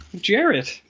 Jared